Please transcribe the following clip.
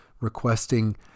requesting